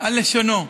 על לשונו.